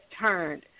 turned